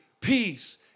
peace